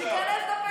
בוקר טוב.